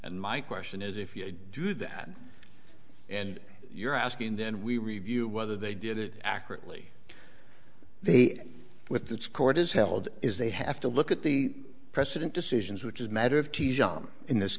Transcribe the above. and my question is if you do that and you're asking then we review whether they did it accurately they with this court has held is they have to look at the precedent decisions which is a matter of th om in this